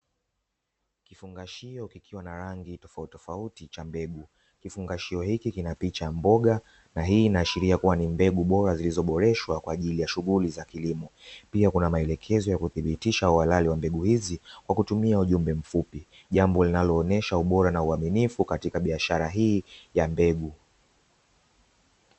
Kifungashio kikiwa na rangi tofauti tofauti cha mbegu, kifungashio hiki kina picha ya mboga na hii inaashiria kuwa ni mbegu bora zilizoboreshwa kwa ajili ya shughuli za kilimo, pia kuna maelekezo ya kuthibitisha uhalali wa mbegu hizi kwa kutumia ujumbe mfupi jambo linaloonesha ubora na uaminifu katika biashara hii ya mbegu.